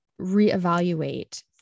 reevaluate